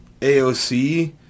AOC